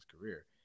career